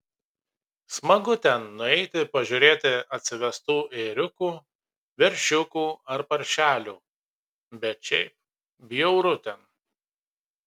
smagu ten nueiti pažiūrėti atsivestų ėriukų veršiukų ar paršelių bet šiaip bjauru ten